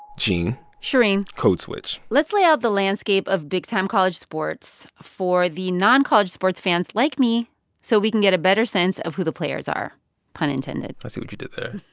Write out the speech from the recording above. gene shereen code switch let's lay out the landscape of big-time college sports for the non-college sports fans like me so we can get a better sense of who the players are pun intended i see what you did there